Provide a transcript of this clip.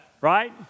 right